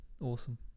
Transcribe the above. Awesome